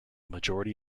majority